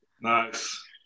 nice